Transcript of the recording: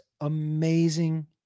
amazing